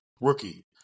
rookie